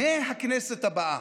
מהכנסת הבאה.